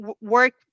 work